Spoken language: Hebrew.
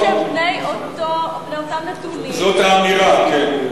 של אנשים שהם בני אותם נתונים, זאת האמירה, כן.